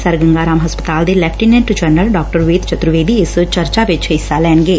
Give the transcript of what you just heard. sir Ganga Ram ਹਸਪਤਾਲ ਦੇ lieutenant general ਡਾ ਵੇਦ ਚਤੁਰਵੇਦੀ ਇਸ ਚਰਚਾ ਵਿਚ ਹਿੱਸਾ ਲੈਣਗੇ